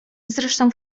zresztą